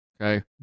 okay